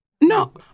No